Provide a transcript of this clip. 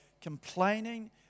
complaining